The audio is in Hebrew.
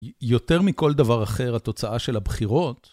יותר מכל דבר אחר, התוצאה של הבחירות...